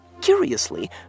Curiously